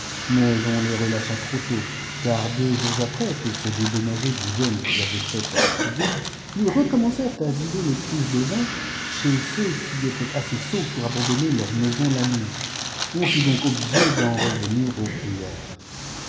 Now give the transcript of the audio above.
mais on les relcha trop tôt car deux jours après pour se dédommager duf jeûne qu'ils avaient fait en prison ils recommencèrent à vider les cruches de vin chez ceux qui étaient assez sots pour abandonner leurs maisons la nuit on fut donc obligé d'en revenir aux prières